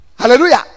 Hallelujah